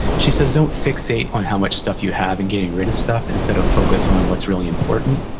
she says, don't fixate on how much stuff you have in getting rid of stuff, instead of focus on what's really important.